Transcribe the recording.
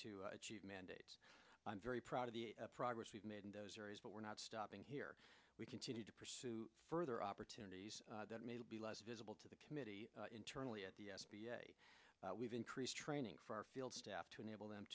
to achieve mandates i'm very proud of the progress we've made in those areas but we're not stopping here we continue to pursue further opportunities that may be less visible to the committee internally at the s b a we've increased training for our field staff to enable